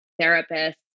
Therapist